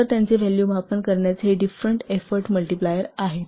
तर त्यांचे व्हॅल्यू मापन करण्याचे हे डिफरेंट एफोर्ट मल्टिप्लायर आहेत